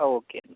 okay എന്നാൽ